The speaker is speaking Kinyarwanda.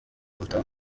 gutaha